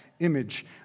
image